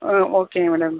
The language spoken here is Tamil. ah okay madam